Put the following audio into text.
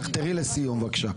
תחתרי לסיום, בבקשה.